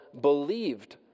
believed